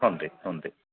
ಹ್ಞೂ ರೀ ಹ್ಞೂ ರೀ